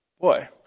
Boy